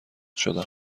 شدم